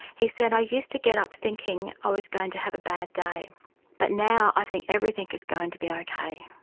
he said i used to get up thinking i was going to have a bad day but now i think everything is going to be ok.